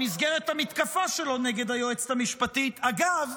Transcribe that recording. במסגרת המתקפה שלו נגד היועצת המשפטית: אגב,